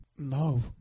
No